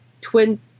twin